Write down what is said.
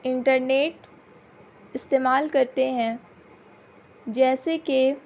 internet استعمال کرتے ہیں جیسے کہ